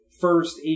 first